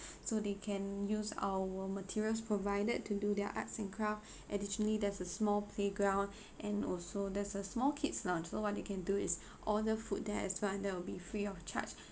so they can use our materials provided to do their arts and craft additionally there's a small playground and also there's a small kids lounge so what you can do is order food there as well and that will be free of charge